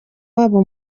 wabo